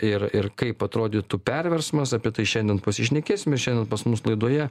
ir ir kaip atrodytų perversmas apie tai šiandien pasišnekėsim ir šiandien pas mus laidoje